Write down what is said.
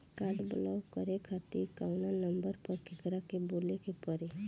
Card block करे खातिर कवना नंबर पर केकरा के बोले के परी?